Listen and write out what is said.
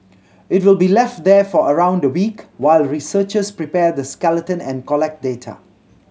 it will be left there for around a week while researchers prepare the skeleton and collect data